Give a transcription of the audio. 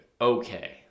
Okay